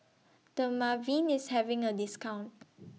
Dermaveen IS having A discount